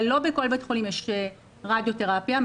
אבל לא בכל בית חולים יש רדיו תרפיה,